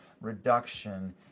reduction